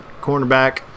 cornerback